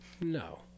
No